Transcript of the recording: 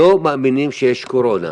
לא מאמינים שיש קורונה.